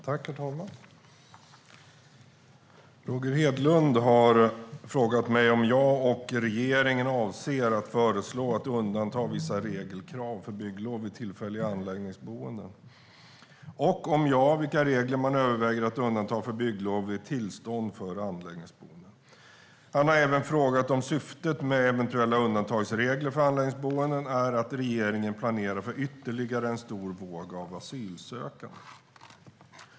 Herr talman! Roger Hedlund har frågat mig om jag och regeringen avser att föreslå att undanta vissa regelkrav för bygglov vid tillfälliga anläggningsboenden och, om svaret är ja, vilka regler man överväger att undanta för bygglov vid tillstånd för anläggningsboenden. Han har även frågat om syftet med eventuella undantagsregler för anläggningsboenden är att regeringen planerar för ytterligare en stor våg av asylsökande.